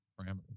parameters